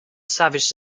savage